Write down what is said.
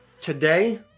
Today